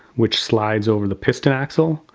which slides over the piston axle.